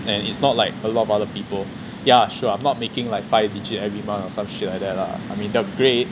and it's not like a lot of other people yeah sure I'm not making like five digit every month or some shit like that lah I mean that will be great